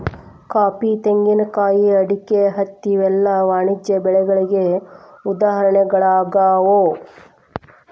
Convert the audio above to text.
coffee, ತೆಂಗಿನಕಾಯಿ, ಅಡಿಕೆ, ಹತ್ತಿ ಇವೆಲ್ಲ ವಾಣಿಜ್ಯ ಬೆಳೆಗಳಿಗೆ ಉದಾಹರಣೆಗಳಾಗ್ಯಾವ